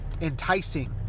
enticing